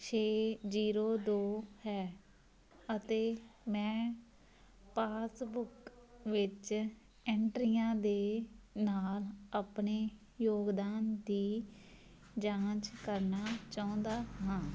ਛੇ ਜੀਰੋ ਦੋ ਹੈ ਅਤੇ ਮੈਂ ਪਾਸਬੁੱਕ ਵਿੱਚ ਐਂਟਰੀਆਂ ਦੇ ਨਾਲ ਆਪਣੇ ਯੋਗਦਾਨ ਦੀ ਜਾਂਚ ਕਰਨਾ ਚਾਹੁੰਦਾ ਹਾਂ